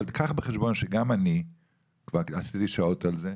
אבל קח בחשבון שגם אני כבר עשיתי שעות על זה,